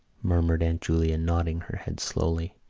murmured aunt julia, nodding her head slowly.